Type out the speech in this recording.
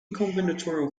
combinatorial